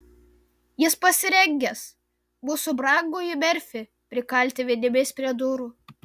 jis pasirengęs mūsų brangųjį merfį prikalti vinimis prie durų